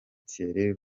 thierry